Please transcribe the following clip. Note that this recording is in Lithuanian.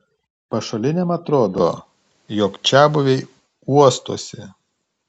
pašaliniam atrodo jog čiabuviai uostosi